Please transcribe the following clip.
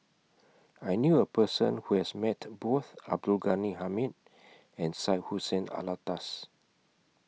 I knew A Person Who has Met Both Abdul Ghani Hamid and Syed Hussein Alatas